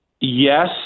Yes